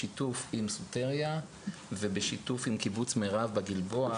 בשיתוף עם סוטריה ובשיתוף עם קיבוץ מירב בגלבוע